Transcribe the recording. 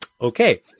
okay